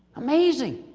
amazing!